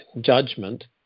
judgment